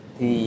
Thì